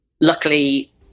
luckily